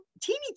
teeny